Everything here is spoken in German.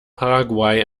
paraguay